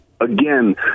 again